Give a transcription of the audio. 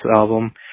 album